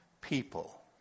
people